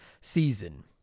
season